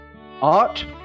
Art